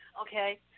okay